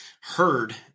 heard